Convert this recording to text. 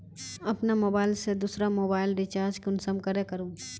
अपना मोबाईल से दुसरा मोबाईल रिचार्ज कुंसम करे करूम?